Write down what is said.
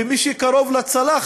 ומי שלא קרוב לצלחת,